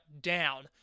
down